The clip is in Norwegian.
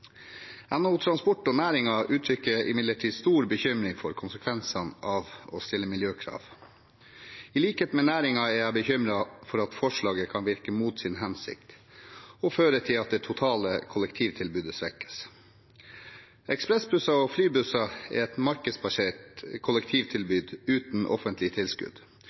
NHO Transport og næringen uttrykker imidlertid stor bekymring for konsekvensene av å stille miljøkrav. I likhet med næringen er jeg bekymret for at forslaget kan virke mot sin hensikt og føre til at det totale kollektivtilbudet svekkes. Ekspressbusser og flybusser er et markedsbasert kollektivtilbud uten offentlige tilskudd.